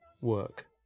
work